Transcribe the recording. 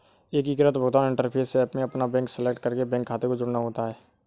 एकीकृत भुगतान interface app में अपना बैंक सेलेक्ट करके बैंक खाते को जोड़ना होता है